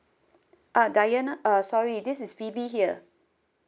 ah diana uh sorry this is phoebe here